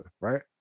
right